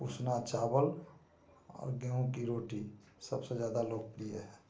उसना चावल और गेहूँ की रोटी सबसे ज़्यादा लोकप्रिय है